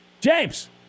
James